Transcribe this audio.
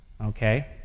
Okay